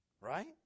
Right